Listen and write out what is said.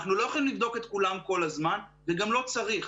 אנחנו לא יכולים לבדוק את כולם כל הזמן וגם לא צריך.